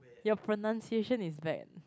your pronunciation is bad